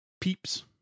Peeps